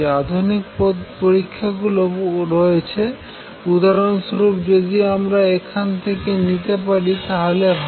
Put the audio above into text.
আধুনিক পরীক্ষাগুলিও রয়েছে উধাহরন স্বরূপ যদি আমরা এখান থেকে নিতে পারি তাহলে ভাল